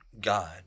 God